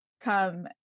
come